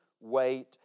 weight